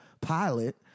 pilot